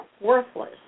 worthless